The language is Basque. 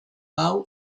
hau